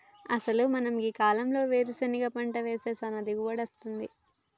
అసలు మనం గీ కాలంలో వేరుసెనగ పంట వేస్తే సానా దిగుబడి అస్తుంది